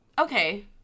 Okay